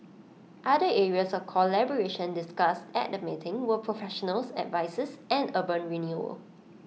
other areas of collaboration discussed at the meeting were professional services and urban renewal